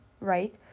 right